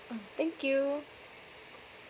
mm thank you